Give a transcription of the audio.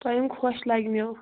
تۄہہِ یِم خۄش لٮ۪گنو